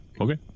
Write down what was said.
Okay